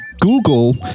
google